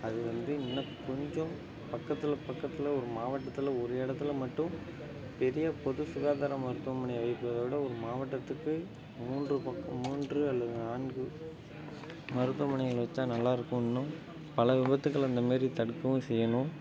அது வந்து இன்னும் கொஞ்சம் பக்கத்தில் பக்கத்தில் ஒரு மாவட்டத்தில் ஒரு எடத்தில் மட்டும் பெரிய பொது சுகாதார மருத்துவமனை வைக்கிறதோட ஒரு மாவட்டத்துக்கு மூன்று பக் மூன்று அல்லது நான்கு மருத்துவமனைகள் வச்சால் நல்லா இருக்கும் இன்னும் பல விபத்துக்களை இந்த மாரி தடுக்கவும் செய்யணும்